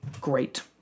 Great